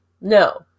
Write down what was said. no